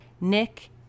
Nick